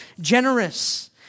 generous